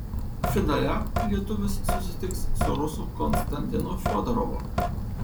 finale lietuvis susitiks su rusu konstantinu fiodorovu